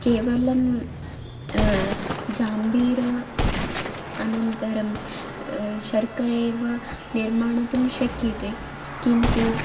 केवलं जम्बीरम् अनन्तरं शर्करेव निर्मातुं शक्यते किन्तु